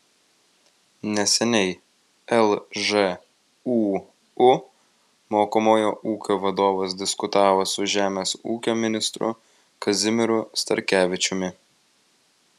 neseniai lžūu mokomojo ūkio vadovas diskutavo su žemės ūkio ministru kazimieru starkevičiumi